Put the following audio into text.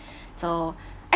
so